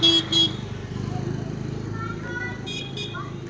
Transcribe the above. ತೊಗರಿ ಒಳಗ ಯಾವ ಬೇಜ ಛಲೋ ಬರ್ತದ?